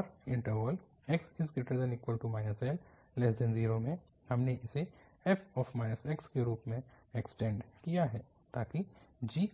और interval Lx0 में हमने इसे f के रूप में एक्सटेंड किया है ताकि g